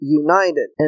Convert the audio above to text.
united